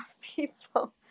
people